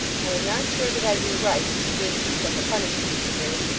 i am not sure that i do right in screening him from the punishment he deserves,